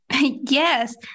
Yes